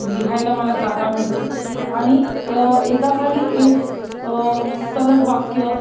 लिहायला मला जागा मिळते आणि एकाखाली एक सलग वाक्य